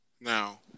Now